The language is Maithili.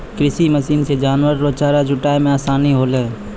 कृषि मशीन से जानवर रो चारा जुटाय मे आसानी होलै